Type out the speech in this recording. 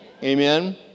Amen